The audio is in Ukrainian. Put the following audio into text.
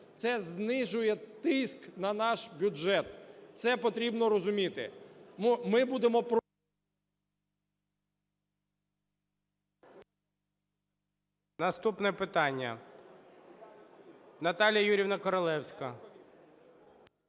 Це знижує тиск на наш бюджет. Це потрібно розуміти.